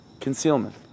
Concealment